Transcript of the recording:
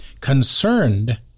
concerned